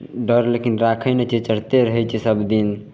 डर लेकिन राखय नहि छियै चढ़ते रहय छियै सबदिन